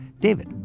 David